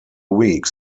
week